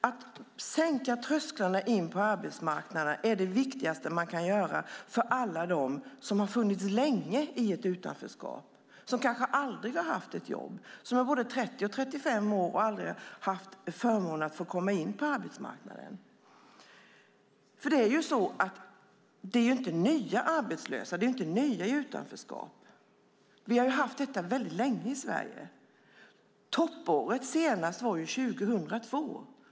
Att sänka trösklarna in på arbetsmarknaden är det viktigaste man kan göra för alla som länge funnits i utanförskap, som kanske aldrig haft ett jobb och som kan vara 30 eller 35 år men aldrig haft förmånen att få komma in på arbetsmarknaden. Det handlar inte om nya arbetslösa, om nya i utanförskap, utan vi har haft detta förhållande länge i Sverige. Senaste toppåret var år 2002.